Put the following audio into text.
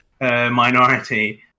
minority